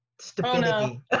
stupidity